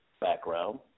background